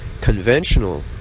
conventional